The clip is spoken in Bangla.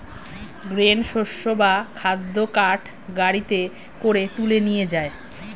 গ্রেন শস্য বা খাদ্য কার্ট গাড়িতে করে তুলে নিয়ে যায়